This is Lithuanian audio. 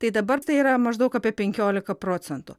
tai dabar tai yra maždaug apie penkiolika procentų